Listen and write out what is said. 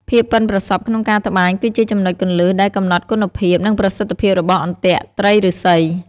ភាពប៉ិនប្រសប់ក្នុងការត្បាញគឺជាចំណុចគន្លឹះដែលកំណត់គុណភាព និងប្រសិទ្ធភាពរបស់អន្ទាក់ត្រីឫស្សី។